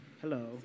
Hello